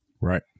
Right